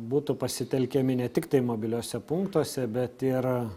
būtų pasitelkiami ne tiktai mobiliuose punktuose bet ir